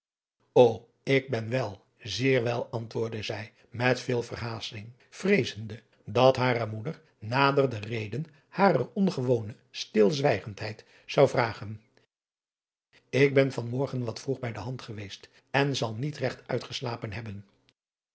o ik ben wel zeer wel antwoordde zij met veel verhaasting vreezende dat hare moeder nader de reden harer ongewone stilzwijgendheid zou vragen ik ben van morgen wat vroeg bij de hand geweest en zal niet regt uitgeslapen hebben